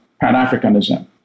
Pan-Africanism